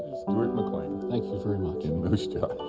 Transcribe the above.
stuart mclean. thank you very much. in moose jaw.